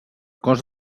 cos